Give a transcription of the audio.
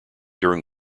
during